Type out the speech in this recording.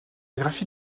graphie